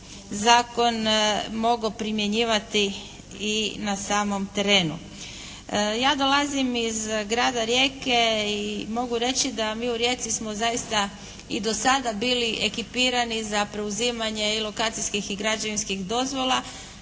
zakon mogao primjenjivati i na samom terenu. Ja dolazim iz grada Rijeke i mogu reći da mi u Rijeci smo zaista i do sada bili ekipirani za preuzimanje i lokacijskih i građevinskih dozvola